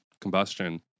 combustion